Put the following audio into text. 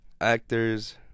Actors